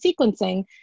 sequencing